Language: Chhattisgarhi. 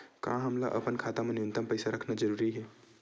का हमला अपन खाता मा न्यूनतम पईसा रखना जरूरी हे?